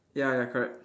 ya ya correct